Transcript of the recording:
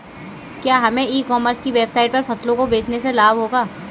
क्या हमें e commerce की वेबसाइट पर फसलों को बेचने से लाभ होगा?